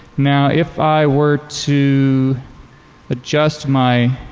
now if i were to adjust my